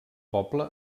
poble